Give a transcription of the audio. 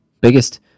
biggest